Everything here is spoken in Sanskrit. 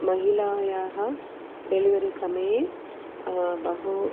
महिलायाः डेलिवरि समये बहु